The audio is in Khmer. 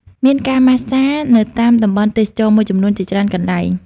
មានការម៉ាស្សានៅតាមតំបន់ទេសចរណ៍មួយចំនួនជាច្រើនកន្លែង ។